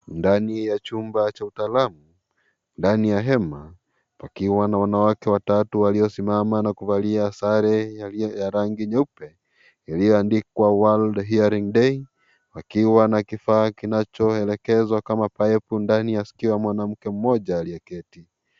Ndani ya chumba cha utaalamu, ndani ya hema pakiwa na wanawake watatu waliosimama na kuvalia sare ya rangi nyeupe iliyoandikwa World Hearing Day wakiwa na kifaa kinachoelekezwa kama paipu ndani ya sikio la mwanamke mmoja aliyeketi.